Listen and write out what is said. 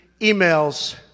emails